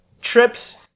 trips